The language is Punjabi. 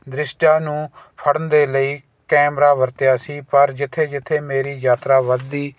ਦ੍ਰਿਸ਼ਟੀਆਂ ਨੂੰ ਫੜਨ ਦੇ ਲਈ ਕੈਮਰਾ ਵਰਤਿਆ ਸੀ ਪਰ ਜਿੱਥੇ ਜਿੱਥੇ ਮੇਰੀ ਯਾਤਰਾ ਵਧਦੀ